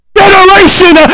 generation